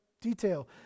Detail